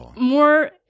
more